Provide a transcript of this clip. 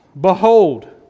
Behold